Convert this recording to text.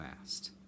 last